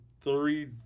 three